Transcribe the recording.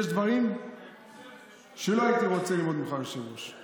יש דברים שלא הייתי רוצה ללמוד ממך, היושב-ראש.